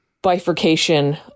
bifurcation